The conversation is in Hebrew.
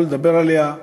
לא לדבר עליה,